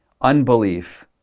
unbelief